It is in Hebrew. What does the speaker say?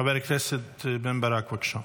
חבר הכנסת בן ברק, בבקשה.